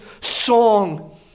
song